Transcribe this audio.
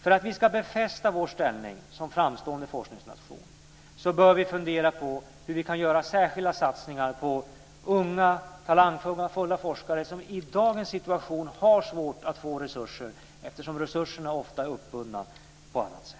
För att vi ska befästa vår ställning som framstående forskningsnation bör vi fundera på hur vi kan göra särskilda satsningar på unga, talangfulla forskare som i dagens situation har svårt att få resurser eftersom resurserna ofta är uppbundna på annat sätt.